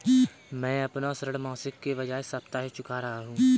मैं अपना ऋण मासिक के बजाय साप्ताहिक चुका रहा हूँ